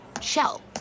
Shell